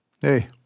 Hey